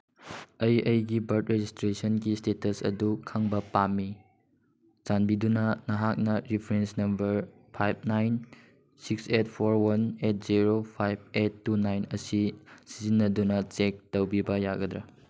ꯑꯩ ꯑꯩꯒꯤ ꯕꯔꯠ ꯔꯦꯖꯤꯁꯇ꯭ꯔꯦꯁꯟꯒꯤ ꯏꯁꯇꯦꯇꯁ ꯑꯗꯨ ꯈꯪꯕ ꯄꯥꯝꯃꯤ ꯆꯥꯟꯕꯤꯗꯨꯅ ꯅꯍꯥꯛꯅ reference number five nine six eight four one eight zero five eight two nine ꯑꯁꯤ ꯁꯤꯖꯤꯟꯅꯗꯨꯅ ꯆꯦꯛ ꯇꯧꯕꯤꯕ ꯌꯥꯒꯗ꯭ꯔꯥ